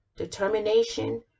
determination